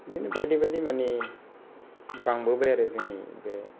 बिदिनो बायदि बायदि माने बांबोबाय आरो जोंनि बे